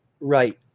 right